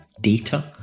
data